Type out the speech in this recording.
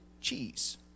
cheese